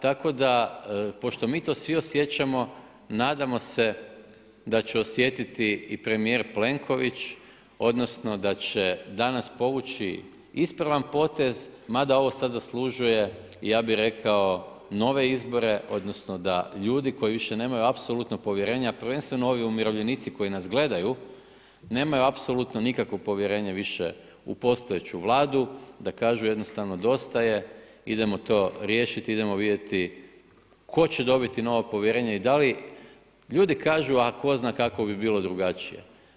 Tako da pošto mi to svi osjećamo nadamo se da će osjetiti i premijer Plenković odnosno da će danas povući ispravan potez, mada ovo sada zaslužuje, ja bih rekao nove izbore odnosno da ljudi koji apsolutno nemaju više povjerenja, prvenstveno ovi umirovljenici koji nas gledaju, nemaju apsolutno nikakvo povjerenje više u postojeću Vladu, da kažu jednostavno dosta je idemo to riješiti, idemo vidjeti tko će dobiti novo povjerenje i da li ljudi kažu, a tko zna kako bi bilo drugačije.